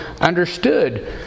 understood